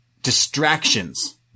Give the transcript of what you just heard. distractions